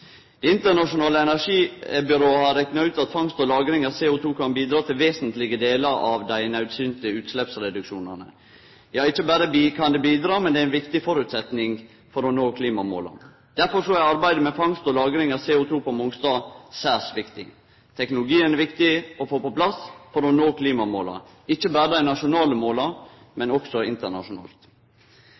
har rekna ut at fangst og lagring av CO2kan bidra til vesentlege delar av dei naudsynte utsleppsreduksjonane – ikkje berre kan det bidra, men det er ein viktig føresetnad for å nå klimamåla. Derfor er arbeidet med fangst og lagring av CO2 på Mongstad særs viktig. Teknologien er viktig å få på plass for å nå klimamåla, ikkje berre dei nasjonale måla, men også internasjonalt.